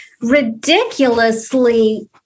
ridiculously